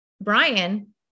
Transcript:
Brian